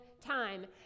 time